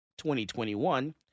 2021